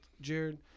Jared